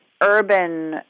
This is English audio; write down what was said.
urban